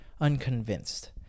unconvinced